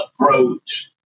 approach